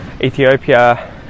Ethiopia